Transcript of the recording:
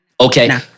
Okay